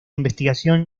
investigación